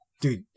dude